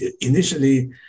initially